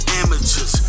amateurs